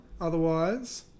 Otherwise